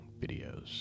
videos